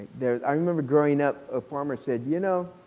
i remember growing up a farmer said, you know,